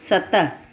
सत